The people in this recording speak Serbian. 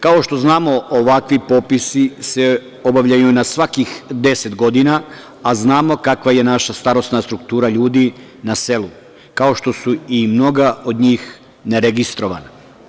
Kao što znamo ovakvi popisi se obavljaju na svakih 10 godina, a znamo kakva je naša starosna struktura ljudi na selu, kao što su i mnoga od njih ne registrovana.